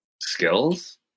skills